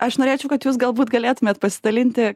aš norėčiau kad jūs galbūt galėtumėt pasidalinti